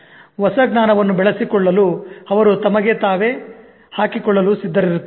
ಹೊಸ ಜ್ಞಾನವನ್ನು ಬೆಳೆಸಿಕೊಳ್ಳಲು ಅವರು ತಮಗೆ ತಾವು ಹಾಕಿಕೊಳ್ಳಲು ಸಿದ್ಧರಿರುತ್ತಾರೆ